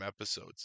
episodes